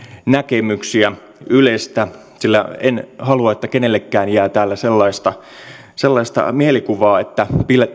näkemyksiä ylestä sillä en halua että kenellekään jää täällä sellaista mielikuvaa että